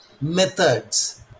methods